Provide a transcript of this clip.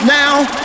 now